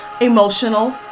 emotional